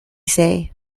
say